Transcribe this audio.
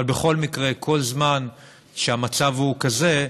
אבל בכל מקרה, כל זמן שהמצב הוא כזה,